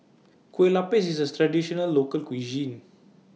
Kueh Lupis IS A Traditional Local Cuisine